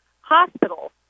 hospitals